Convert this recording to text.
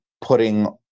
putting